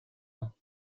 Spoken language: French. ans